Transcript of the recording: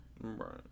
Right